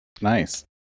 nice